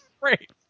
great